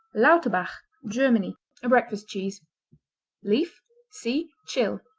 lauterbach germany breakfast cheese leaf see tschil.